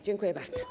Dziękuję bardzo.